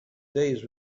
days